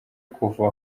kuva